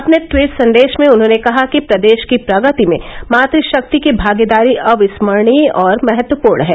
अपने टवीट सन्देश में उन्होंने कहा कि प्रदेश की प्रगति में मातृशक्ति की भागीदारी अविस्मरणीय और महत्वपूर्ण है